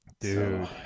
Dude